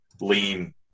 lean